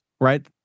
right